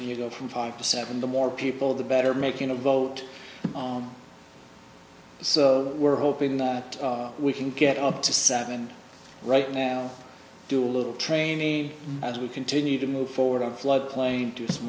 and you go from five to seven the more people the better making a vote so we're hoping that we can get up to seven right now do a little training as we continue to move forward on flood plain to